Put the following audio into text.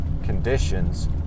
Conditions